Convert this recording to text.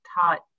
taught